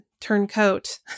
turncoat